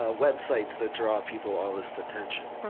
ah web sites that draw people all this attention?